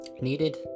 needed